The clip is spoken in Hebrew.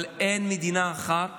אבל אין מדינה אחת